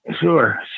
Sure